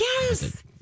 Yes